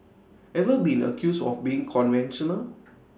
ever been accused of being conventional